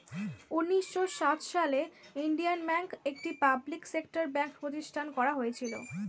উন্নিশো সাত সালে ইন্ডিয়ান ব্যাঙ্ক, একটি পাবলিক সেক্টর ব্যাঙ্ক প্রতিষ্ঠান করা হয়েছিল